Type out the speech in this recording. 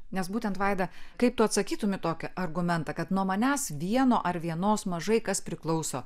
nes būtent vaida kaip tu atsakytum į tokį argumentą kad nuo manęs vieno ar vienos mažai kas priklauso